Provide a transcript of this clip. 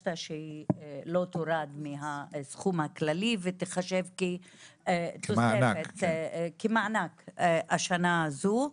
וביקשת שהיא לא תורד מהסכום הכללי ותיחשב כמענק השנה הזו,